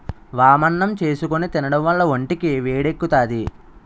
వామన్నం చేసుకుని తినడం వల్ల ఒంటికి వేడెక్కుతాది